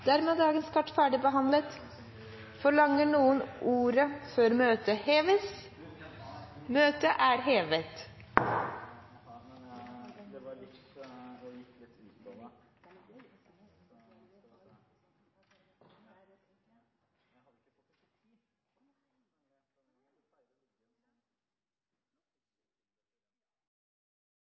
Dermed er dagens kart ferdigbehandlet. Forlanger noen ordet før møtet heves? – Møtet er hevet.